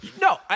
No